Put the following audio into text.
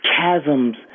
chasms